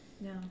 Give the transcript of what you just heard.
No